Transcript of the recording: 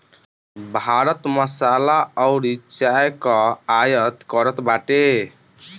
भारत मसाला अउरी चाय कअ आयत करत बाटे